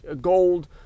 gold